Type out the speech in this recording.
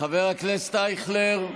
חבר הכנסת אייכלר,